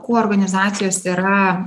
kuo organizacijos yra